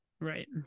Right